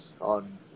on